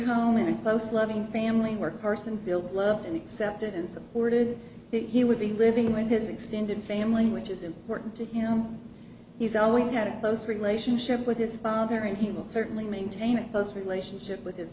home and a close loving family workhorse and bills loved and accepted and supported he would be living with his extended family which is important to him he's always had a close relationship with his father and he will certainly maintain a close relationship with his